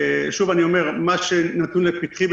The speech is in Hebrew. שוב אני אומר שמה שנתון לפתחי,